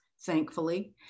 thankfully